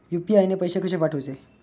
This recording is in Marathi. यू.पी.आय ने पैशे कशे पाठवूचे?